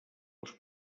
els